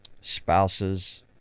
spouses